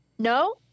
No